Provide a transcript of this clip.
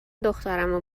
دخترمو